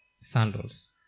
sandals